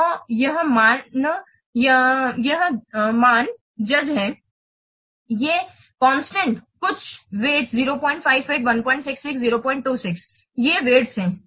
तो यह मान जज है ये कांस्टेंट कुछ वज़न 058 1 66 और 026 हैं ये वज़न हैं